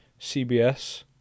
CBS